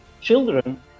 children